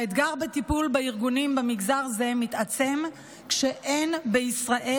האתגר בטיפול בארגונים במגזר זה מתעצם כשאין בישראל